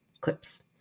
clips